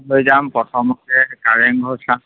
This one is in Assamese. লৈ যাম প্ৰথমতে কাৰেংঘৰ চাম